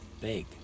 Big